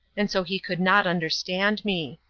and so he could not understand me.